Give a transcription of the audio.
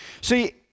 See